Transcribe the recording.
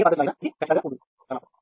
ఏ పద్ధతిలో చేసినా ఇది ఖచ్చితంగా ఉంటుంది